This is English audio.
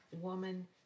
Woman